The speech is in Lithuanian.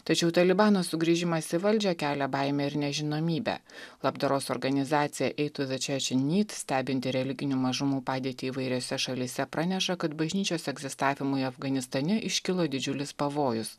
tačiau talibano sugrįžimas į valdžią kelia baimę ir nežinomybę labdaros organizacija eituvečiočenit stebinti religinių mažumų padėtį įvairiose šalyse praneša kad bažnyčios egzistavimui afganistane iškilo didžiulis pavojus